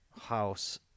house